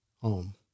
home